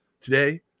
Today